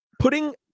putting